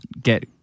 get